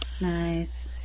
nice